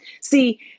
see